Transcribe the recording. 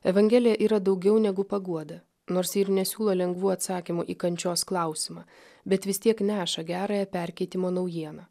evangelija yra daugiau negu paguoda nors ji ir nesiūlo lengvų atsakymų į kančios klausimą bet vis tiek neša gerąją perkeitimo naujieną